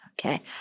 okay